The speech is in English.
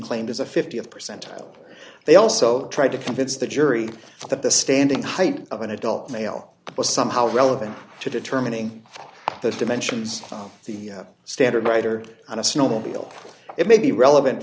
claimed as a th percentile they also tried to convince the jury that the standing height of an adult male was somehow relevant to determining the dimensions of the standard writer on a snowmobile it may be relevant